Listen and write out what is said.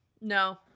No